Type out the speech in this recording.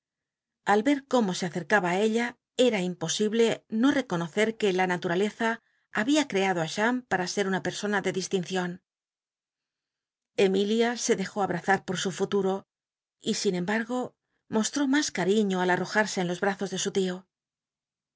al yer como se acercaba i ella era imposible no reconocet c iic la natul'aleza babia creado a cham para ser una persona de distincion emilia se dejó abrazar por su futuro y sin embargo mostró mas cariño al anojarse en los bl'azos de su tio yo